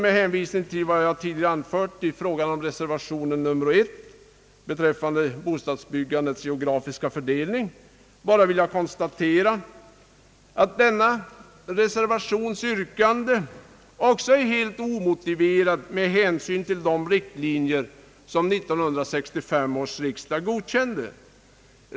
Med hänvisning till vad jag tidigare anfört i fråga om reservation nr 1 beträffande bostadsbyggandets geografiska fördelning vill jag bara konstatera att denna reservations yrkande också är helt omotiverat med hänsyn till de riktlinjer som 1965 års riksdag godkände.